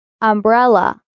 umbrella